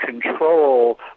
control